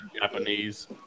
Japanese